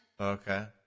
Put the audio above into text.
Okay